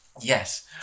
Yes